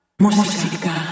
música